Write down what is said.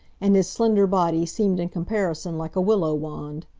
and his slender body seemed in comparison like a willow wand.